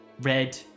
Red